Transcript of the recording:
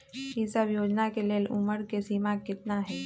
ई सब योजना के लेल उमर के सीमा केतना हई?